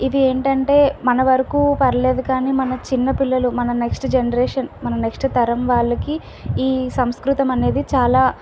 ఇది ఏంటంటే మన వరకు పర్లేదు కానీ మన చిన్న పిల్లలు మన నెక్స్ట్ జనరేషన్ మన నెక్స్ట్ తరం వాళ్లకి ఈ సంస్కృతం అనేది చాలా